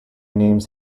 name’s